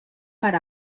per